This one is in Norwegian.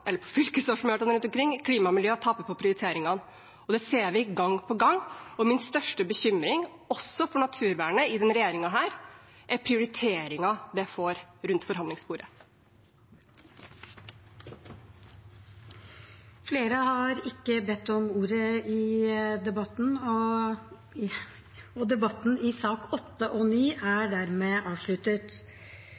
eller på fylkesårsmøtene rundt omkring – klima og miljø taper på prioriteringene. Det ser vi gang på gang, og min største bekymring, også for naturvernet i denne regjeringen, er prioriteringen det får rundt forhandlingsbordet. Flere har ikke bedt om ordet til sakene nr. 8 og 9. Etter ønske fra energi- og